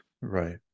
right